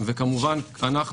וכמובן אנחנו,